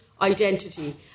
identity